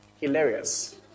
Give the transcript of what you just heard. hilarious